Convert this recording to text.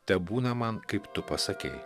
tebūna man kaip tu pasakei